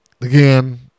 again